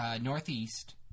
northeast